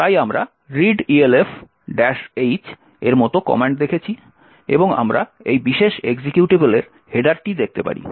তাই আমরা readelf H এর মতো কমান্ড দেখেছি এবং আমরা এই বিশেষ এক্সিকিউটেবলের হেডারটি দেখতে পারি